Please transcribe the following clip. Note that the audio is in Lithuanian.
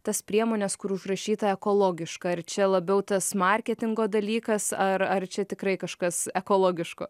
tas priemones kur užrašyta ekologiška ar čia labiau tas marketingo dalykas ar ar čia tikrai kažkas ekologiško